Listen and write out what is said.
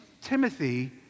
Timothy